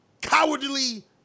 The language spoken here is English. cowardly